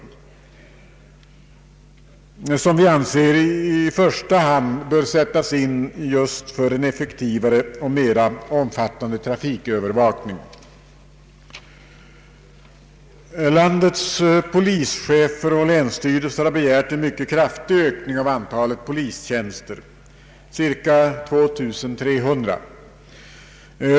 Vi anser att en sådan förstärkning i första hand bör sättas in för att åstadkomma en effektivare och mer omfattande trafikövervakning. Landets polischefer och länsstyrelser har begärt en mycket kraftig ökning av antalet polistjänster, en ökning med cirka 2300.